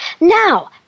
Now